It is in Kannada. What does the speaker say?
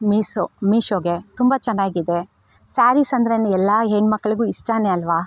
ಮೀಸೊ ಮೀಶೋಗೆ ತುಂಬ ಚೆನ್ನಾಗಿದೆ ಸಾರೀಸ್ ಅಂದ್ರೆ ಎಲ್ಲಾ ಹೆಣ್ಣುಮಕ್ಳಗು ಇಷ್ಟಾ ಅಲ್ವಾ